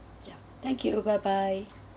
yup thank you bye bye